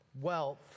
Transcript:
wealth